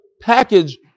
package